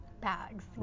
bags